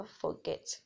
forget